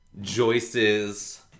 Joyce's